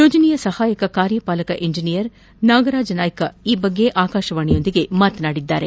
ಯೋಜನೆಯ ಸಪಾಯಕ ಕಾರ್ಯಪಾಲಕ ಇಂಜಿನಿಯರ್ ನಾಗರಾಜ ನಾಯ್ಕ ಈ ಬಗ್ಗೆ ಆಕಾಶವಾಣಿಯೊಂದಿಗೆ ಮಾತನಾಡಿದ್ದಾರೆ